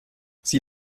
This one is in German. sie